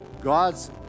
God's